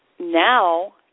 Now